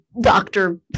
doctor